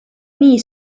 nii